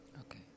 Okay